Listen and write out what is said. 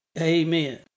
Amen